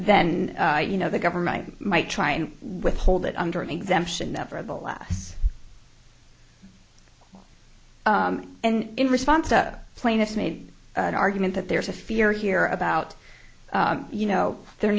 then you know the government might try and withhold it under an exemption nevertheless and in response to plaintiffs made an argument that there's a fear here about you know there